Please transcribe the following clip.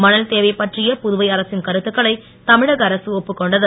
மணல் தேவை பற்றிய புதுவை அரசின் கருத்துக்களை தமிழக அரசும் ஒப்புக் கொண்டது